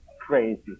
crazy